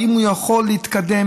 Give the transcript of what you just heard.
האם הוא יכול להתקדם,